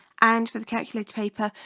and for the calculator paper,